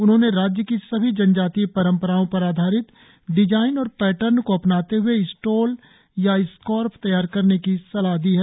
उन्होंने राज्य की सभी जनजातीय परंपराओ पर आधारित डिजाइन और पैटर्न को अपनाते हुए स्टोल या स्कार्फ तैयार करने की सलाह दी है